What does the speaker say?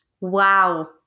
Wow